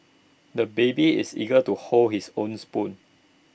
the baby is eager to hold his own spoon